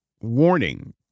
warning